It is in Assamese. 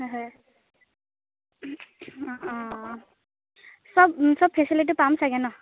হয় অঁ অঁ চব চব ফেচেলিটি পাম চাগে ন